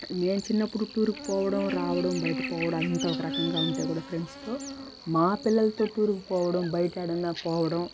మేం చిన్నప్పుడు టూర్కి పోవడం రావడం బయట పోవడం అంతా ఒక రకంగా ఉంటే కూడా ఫ్రెండ్స్తో మా పిల్లలతో టూర్కి పోవడం బయట యాడన్న పోవడం